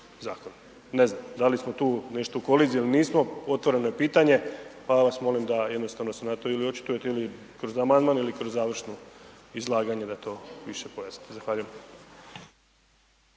Ne znam. Da li smo tu nešto u koliziji ili nismo, otvoreno je pitanje pa vas molim da jednostavno se na to ili očitujete ili kroz amandman ili kroz završno izlaganje da to više pojasnimo. Zahvaljujem.